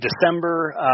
December